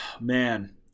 Man